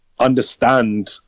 Understand